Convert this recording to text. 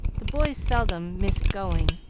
the boys seldom missed going,